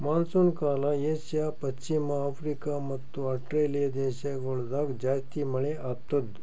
monsoon ಕಾಲ Asia, ಪಶ್ಚಿಮ Africa ಮತ್ತ ಆಸ್ಟ್ರೇಲಿಯಾ ದೇಶಗೊಳ್ದಾಗ್ ಜಾಸ್ತಿ ಮಳೆ ಆತ್ತುದ್